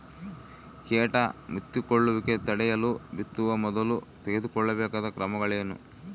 ಕೇಟ ಮುತ್ತಿಕೊಳ್ಳುವಿಕೆ ತಡೆಯಲು ಬಿತ್ತುವ ಮೊದಲು ತೆಗೆದುಕೊಳ್ಳಬೇಕಾದ ಕ್ರಮಗಳೇನು?